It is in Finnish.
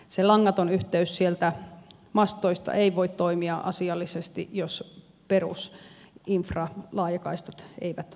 se langaton yhteys sieltä mastoista ei voi toimia asiallisesti jos perusinfra laajakaistat eivät ole kunnossa